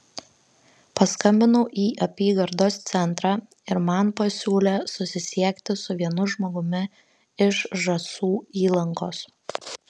paskambinau į apygardos centrą ir man pasiūlė susisiekti su vienu žmogumi iš žąsų įlankos